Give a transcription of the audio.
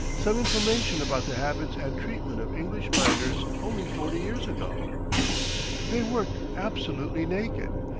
some information about the habits and treatment of english miners only forty years ago they worked absolutely naked,